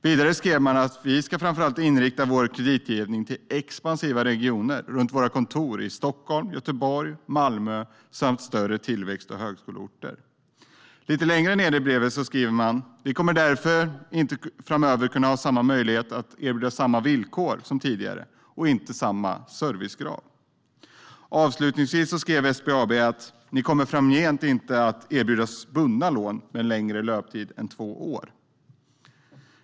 Vidare skrev man: Vi ska framför allt inrikta vår kreditgivning på expansiva regioner runt våra kontor i Stockholm, Göteborg och Malmö samt större tillväxt och högskoleorter. Lite längre ned i brevet skrev man: Vi kommer därför inte framöver att ha samma möjlighet att erbjuda samma villkor som tidigare och inte samma servicegrad. Avslutningsvis skrev SBAB: Ni kommer framgent inte att erbjudas bundna lån med längre löptid än två år.